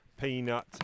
peanut